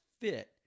fit